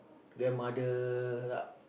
grandmother lah